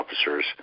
officers